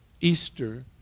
Easter